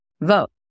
vote